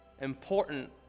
important